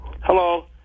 Hello